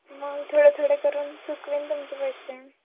मग थोडे थोडे करून चुकवेन तुमचे पैशे